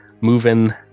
moving